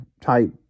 type